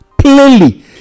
Plainly